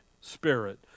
spirit